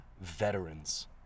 veterans